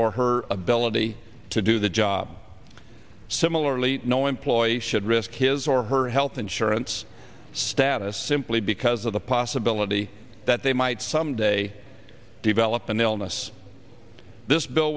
or her ability to do the job similarly no employees should risk his or her health insurance status simply because of the possibility that they might someday develop an illness this bill